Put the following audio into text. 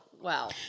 wow